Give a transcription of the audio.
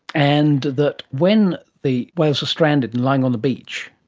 and that when the whales are stranded and lying on the beach,